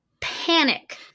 panic